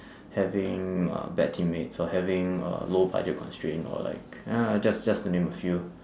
having uh bad teammates or having uh low budget constraints or like ya just just to name a few